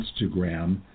Instagram